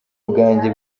bwanjye